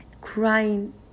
Crying